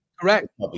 Correct